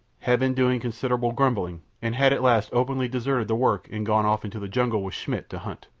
had been doing considerable grumbling, and had at last openly deserted the work and gone off into the jungle with schmidt to hunt.